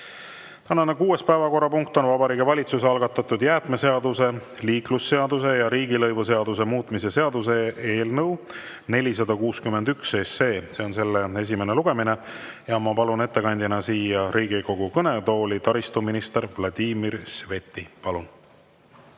Tänane kuues päevakorrapunkt on Vabariigi Valitsuse algatatud jäätmeseaduse, liiklusseaduse ja riigilõivuseaduse muutmise seaduse eelnõu 461. See on selle esimene lugemine. Ma palun ettekandeks siia Riigikogu kõnetooli taristuminister Vladimir Sveti. Palun!